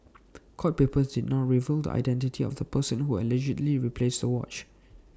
court papers did not reveal the identity of the person who allegedly replaced the watch